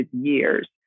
years